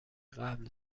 قبل